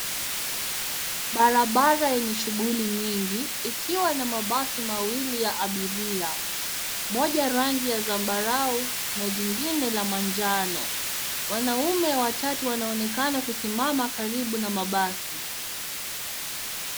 Barabara yenye shughuli nyingi, ikiwa na mabasi mawili ya abiria. Moja rangi ya zambarau, na jingine la manjano. Wanaume watatu wanaonekana kusimama karibu na mabasi.